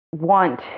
want